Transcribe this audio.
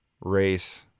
race